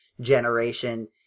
generation